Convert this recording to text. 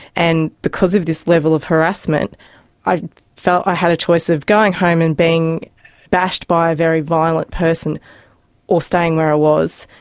and because of this level of harassment i felt i had a choice of going home and being bashed by a very violent person or staying where i was.